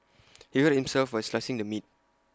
he hurt himself while slicing the meat